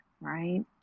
right